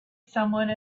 someone